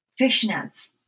fishnets